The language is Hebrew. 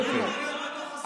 באוטובוס לא מחזיקים?